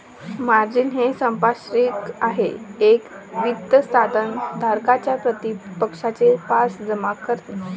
margin हे सांपार्श्विक आहे एक वित्त साधन धारकाच्या प्रतिपक्षाचे पास जमा करणे